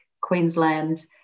Queensland